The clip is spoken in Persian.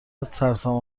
سرسام